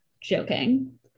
joking